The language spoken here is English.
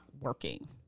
working